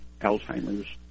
Alzheimer's